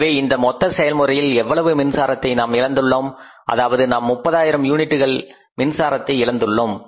எனவே இந்த மொத்த செயல்முறையில் எவ்வளவு மின்சாரத்தை நாம் இழந்துள்ளோம் அதாவது நாம் 30 ஆயிரம் யூனிட் மின்சாரத்தை இழந்துள்ளோம்